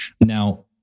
Now